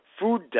food